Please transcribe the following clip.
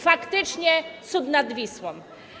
Faktycznie, cud nad Wisłą.